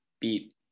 beat